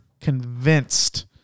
convinced